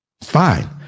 Fine